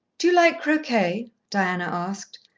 do you like croquet? diana asked,